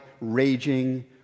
raging